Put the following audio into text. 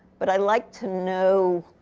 but i liked to know